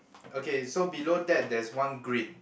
okay so below that there's one grid